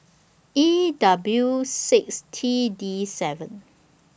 E W six T D seven